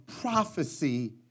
prophecy